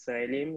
ישראלים,